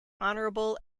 honourable